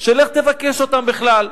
שלך תבקש אותם בכלל.